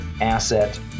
Asset